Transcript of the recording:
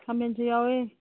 ꯈꯥꯃꯦꯟꯁꯨ ꯌꯥꯎꯏ